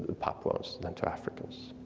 ah papuans than to africans.